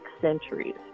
centuries